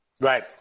right